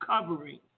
covering